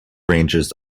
ranges